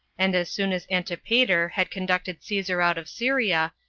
and as soon as antipater had conducted caesar out of syria,